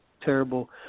terrible